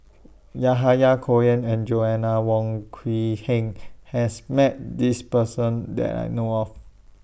Yahya Cohen and Joanna Wong Quee Heng has Met This Person that I know of